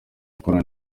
gukora